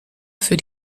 für